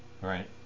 Right